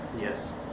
Yes